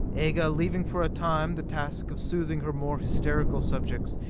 aga, leaving for a time the task of soothing her more hysterical subjects,